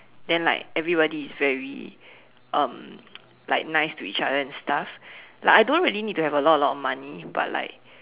then like everybody is very um like nice to each other and stuff like I don't really need to have a lot a lot of money but like